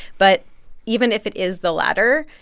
but even if it is the latter,